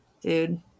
dude